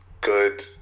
good